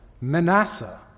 Manasseh